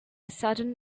sudden